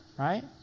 right